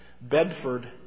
Bedford